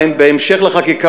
בהמשך לחקיקה,